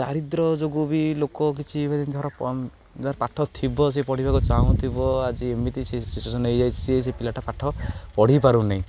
ଦାରିଦ୍ର୍ୟ ଯୋଗୁଁ ବି ଲୋକ କିଛି ଏ ଧର ପାଠ ଥିବ ସେ ପଢ଼ିବାକୁ ଚାହୁଁଥିବ ଆଜି ଏମିତି ସେ ସିଚୁଏସନ୍ ହେଇଯାଇଛି ଯେ ସେ ପିଲାଟା ପାଠ ପଢ଼ି ପାରୁନାହିଁ